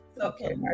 Okay